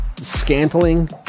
Scantling